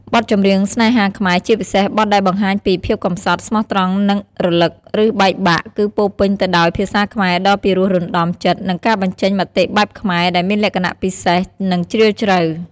បទចម្រៀងស្នេហាខ្មែរ ជាពិសេសបទដែលបង្ហាញពី ភាពកម្សត់ ស្មោះត្រង់ នឹករលឹក ឬបែកបាក់ គឺពោរពេញទៅដោយ ភាសាខ្មែរដ៏ពីរោះរណ្ដំចិត្ត និងការបញ្ចេញមតិបែបខ្មែរ ដែលមានលក្ខណៈពិសេស និងជ្រាលជ្រៅ។